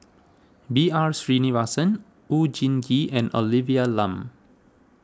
B R Sreenivasan Oon Jin Gee and Olivia Lum